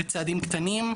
בצעדים קטנים,